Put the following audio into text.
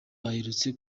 aherutse